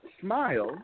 smile